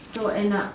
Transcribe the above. so end up